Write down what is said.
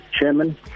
chairman